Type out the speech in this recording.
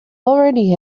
already